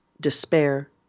despair